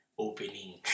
Opening